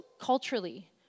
culturally